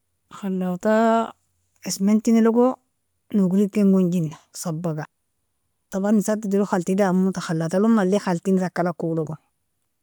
Khalata ismentinilogo, nogri ken gonjina, sabaga taban isata edilog khalti damo khalatalog mali khalti takalgko lago.